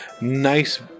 nice